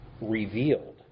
revealed